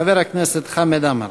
חבר הכנסת חמד עמאר.